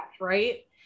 Right